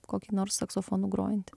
kokį nors saksofonu grojantį